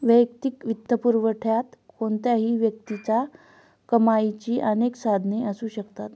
वैयक्तिक वित्तपुरवठ्यात कोणत्याही व्यक्तीच्या कमाईची अनेक साधने असू शकतात